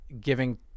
giving